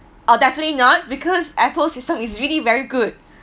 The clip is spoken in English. oh definitely not because Apple system is really very good